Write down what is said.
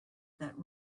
that